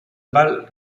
val